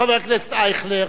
חבר הכנסת אייכלר,